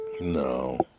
No